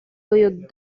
legg